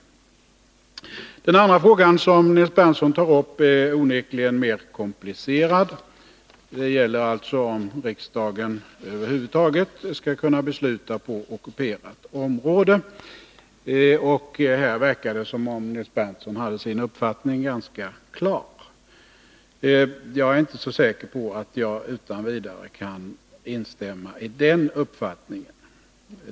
Den andra frågan som Nils Berndtson tar upp är onekligen mer komplicerad. Den gäller alltså om riksdagen över huvud taget skall kunna besluta på ockuperat område. Här verkar det som om Nils Berndtson hade sin uppfattning ganska klar. Jag är inte så säker på att jag utan vidare kan instämma i den uppfattningen.